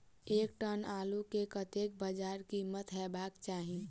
एक टन आलु केँ कतेक बजार कीमत हेबाक चाहि?